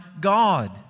God